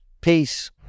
Peace